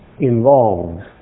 involved